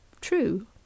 true